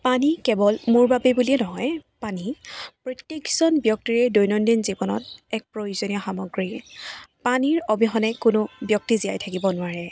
পানী কেৱল মোৰ বাবে বুলিয়েই নহয় পানী প্ৰত্যেকজন ব্যক্তিৰে দৈনন্দিন জীৱনত এক প্ৰয়োজনীয় সামগ্ৰী পানীৰ অবিহনে কোনো ব্যক্তি জীয়াই থাকিব নোৱাৰে